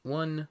one